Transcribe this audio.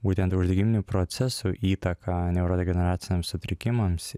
būtent uždegiminių procesų įtaką neurodegeneracinėms sutrikimams